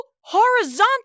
horizontal